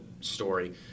story